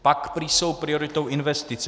Pak prý jsou prioritou investice.